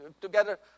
together